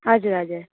हजुर हजुर